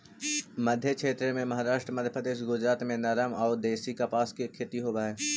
मध्मक्षेत्र में महाराष्ट्र, मध्यप्रदेश, गुजरात में नरमा अउ देशी कपास के खेती होवऽ हई